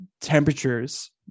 temperatures